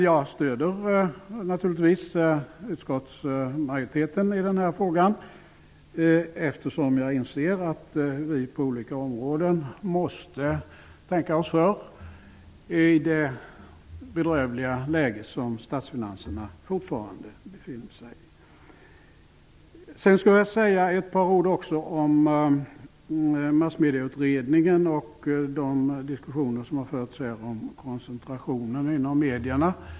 Jag stöder naturligtvis utskottsmajoriteten i frågan eftersom jag inser att vi på olika områden måste tänka oss för mot bakgrund av det bedrövliga läge som statsfinanserna fortfarande befinner sig i. Jag skulle också vilja säga ett par ord om massmedieutredningen och de diskussioner som har förts om koncentrationen inom medierna.